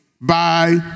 Bye